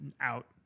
out